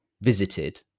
visited